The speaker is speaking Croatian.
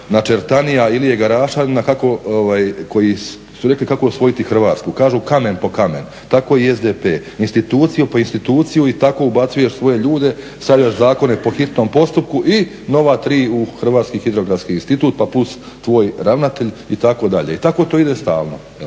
ne razumije./… Ilije Garašanina koji su rekli kako osvojiti Hrvatsku. Kažu kamen po kamen. Tako i SDP, instituciju po instituciju i tako ubacuješ svoje ljude, stavljaš zakone po hitnom postupku i nova tri u Hrvatski hidrografski institut pa plus tvoj ravnatelj itd. I tako to ide stalno.